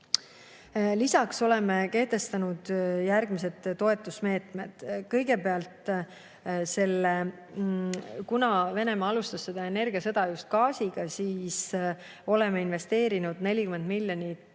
Lisaks oleme kehtestanud järgmised toetusmeetmed. Kõigepealt, kuna Venemaa alustas seda energiasõda just gaasiga, siis oleme investeerinud 40 miljonit